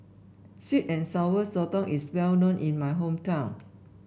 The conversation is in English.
sweet and Sour Sotong is well known in my hometown